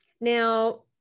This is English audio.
Now